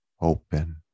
open